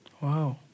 Wow